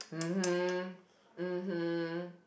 mmhmm mmhmm